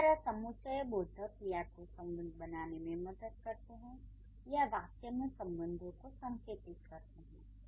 इस तरह समुच्चयबोधक या तो संबंध बनाने में मदद करते हैं या वाक्य में संबंधों को संकेतित करते हैं